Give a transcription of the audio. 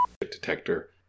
detector